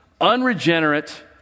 unregenerate